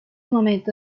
momento